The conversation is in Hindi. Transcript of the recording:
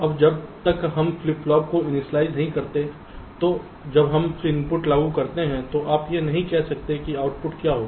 अब जब तक हम फ्लिप फ्लॉप को इनिशियलाइज़ नहीं करते हैं तो जब हम इनपुट लागू करते हैं तो आप यह नहीं कह सकते कि आउटपुट क्या होगा